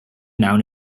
noun